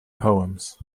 poems